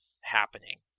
happening